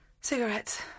Cigarettes